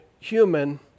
human